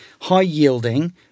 high-yielding